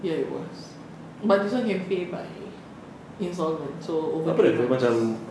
ya it was but this one can pay by instalment so over twenty months